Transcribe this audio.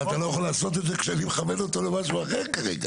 אבל אתה לא יכול לעשות את זה כשאני מכוון אותו למשהו אחר כרגע.